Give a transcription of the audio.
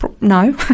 no